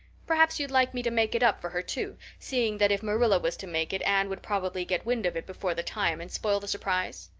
perhaps you'd like me to make it up for her, too, seeing that if marilla was to make it anne would probably get wind of it before the time and spoil the surprise?